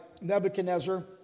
Nebuchadnezzar